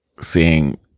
seeing